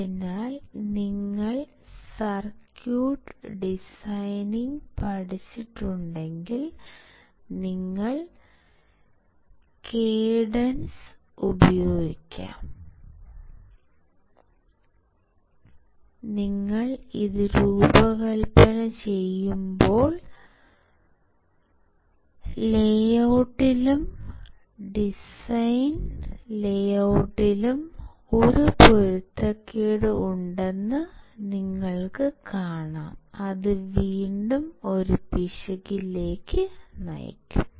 അതിനാൽ നിങ്ങൾ circuit designing പഠിച്ചിട്ടുണ്ടെങ്കിൽ നിങ്ങൾ കേഡൻസ് ഉപയോഗിക്കും നിങ്ങൾ ഇത് രൂപകൽപ്പന ചെയ്യുമ്പോൾ ലേഔട്ടിലും ഡിസൈൻ ലേഔട്ടിലും ഒരു പൊരുത്തക്കേട് ഉണ്ടെന്ന് നിങ്ങൾ കാണും അത് വീണ്ടും ഒരു പിശകിലേക്ക് നയിക്കും